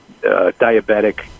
diabetic